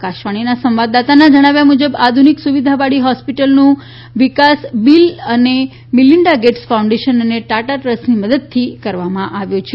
આકાશવાણીના સંવાદદાતાના જણાવ્યા મુજબ આધુનિક સુવિધાવાળી હોસ્પિટલનું વિકાસ બીલ અને મિલિંડા ગેટ્સ ફાઉન્ડેશન અને ટાટા ટ્રસ્ટની મદદથી કરવામાં આવ્યું છે